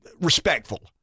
respectful